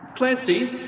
Clancy